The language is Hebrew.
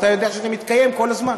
ואתה יודע שזה מתקיים כל הזמן.